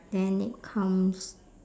then it comes